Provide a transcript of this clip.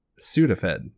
Sudafed